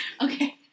Okay